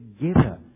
together